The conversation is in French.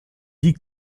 dit